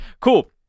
Cool